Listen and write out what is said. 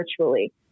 virtually